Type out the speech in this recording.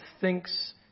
thinks